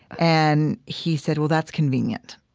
and he said, well, that's convenient.